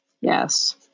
Yes